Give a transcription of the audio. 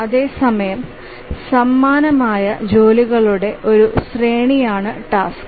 അതേസമയം സമാനമായ ജോലികളുടെ ഒരു ശ്രേണിയാണ് ടാസ്ക്